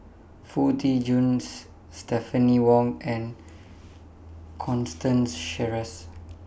Foo Tee Jun Stephanie Wong and Constance Sheares